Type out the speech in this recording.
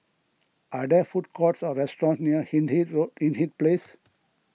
are there food courts or restaurants near Hindhede Road Hindhede Place